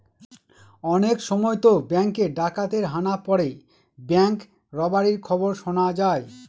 অনেক সময়তো ব্যাঙ্কে ডাকাতের হানা পড়ে ব্যাঙ্ক রবারির খবর শোনা যায়